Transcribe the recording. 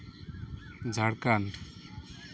Jharkhand